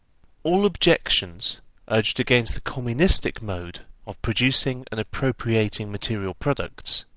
all objections urged against the communistic mode of producing and appropriating material products,